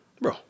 Bro